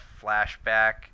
flashback